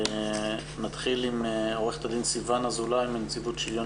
נתחיל עם עו"ד סיון אזולאי מנציבות שוויון